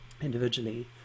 individually